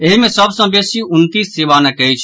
एहि मे सभ सँ बेसी उनतीस सीवानक अछि